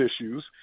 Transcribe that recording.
issues